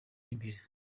imbere